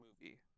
movie